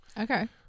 Okay